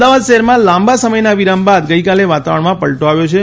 અમદાવાદ શહેરમાં લાંબા સમયના વિરામ બાદ ગઈકાલે વાતાવરણમાં પલટો આવ્યો છે